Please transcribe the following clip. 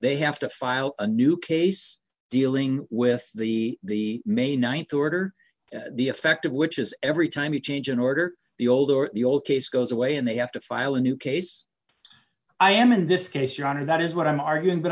they have to file a new case dealing with the may th order the effect of which is every time you change in order the old or the old case goes away and they have to file a new case i am in this case your honor that is what i'm arguing but